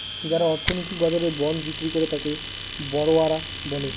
যারা অর্থনৈতিক বাজারে বন্ড বিক্রি করে তাকে বড়োয়ার বলে